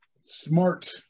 Smart